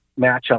matchup